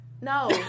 No